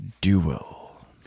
Duel